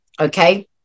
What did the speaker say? okay